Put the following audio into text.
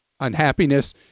unhappiness